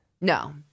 No